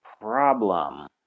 Problem